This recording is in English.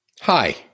Hi